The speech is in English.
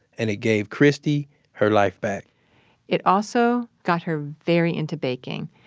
and it gave christy her life back it also got her very into baking.